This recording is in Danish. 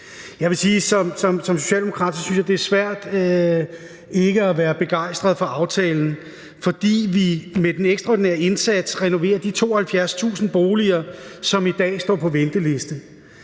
Som socialdemokrat synes jeg, det er svært ikke at være begejstret for aftalen, fordi vi med den ekstraordinære indsats renoverer de 72.000 boliger, som i dag står på venteliste.